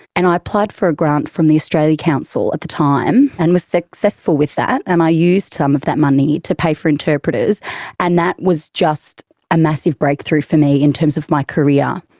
and i applied for a grant from the australia council at the time and was successful with that and i used some of that money to pay for interpreters and that was just a massive breakthrough for me in terms of my career.